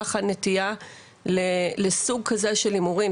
ככה הנטייה לסוג כזה של הימורים,